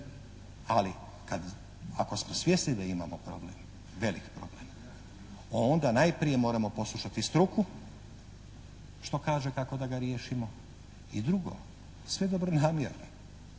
kad, ako smo svjesni da imamo problem, veliki problem, onda najprije moramo poslušati struku što kaže, kako da ga riješimo, i drugo sve dobronamjerne